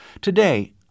Today